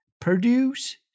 produce